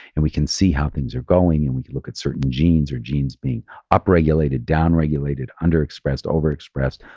and we can see how things are going. and we can look at certain genes, are genes being upregulated, down regulated, under expressed, over expressed?